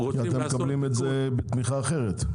כי אתם מקבלים את זה בתמיכה אחרת.